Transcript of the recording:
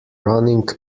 running